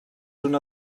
una